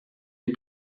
les